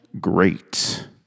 great